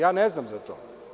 Ja ne znam za to.